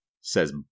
says